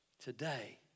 today